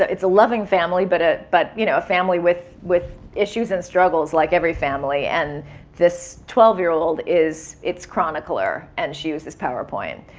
ah it's a loving family, but a but you know family with with issues and struggles like every family. and this twelve-year old is its chronicler. and she uses powerpoint.